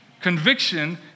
Conviction